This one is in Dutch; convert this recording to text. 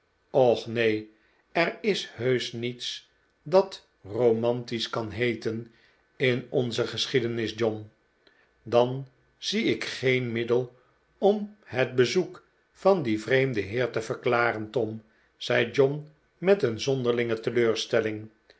och neen er is heuseh niets dat romantisch kan heeten in onze geschiedenis john dan zie ik geen middel om het bezoek van dien vreemden heer te verklaren tom zei john met een zonderlinge teleurstelling